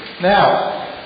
Now